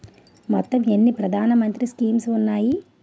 మొత్తం ఎన్ని ప్రధాన మంత్రి స్కీమ్స్ ఉన్నాయి?